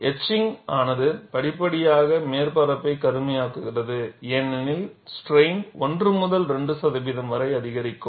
etching ஆனது படிப்படியாக மேற்பரப்பை கருமையாக்குகிறது ஏனெனில் ஸ்ட்ரைன் 1 முதல் 2 சதவிகிதம் வரை அதிகரிக்கும்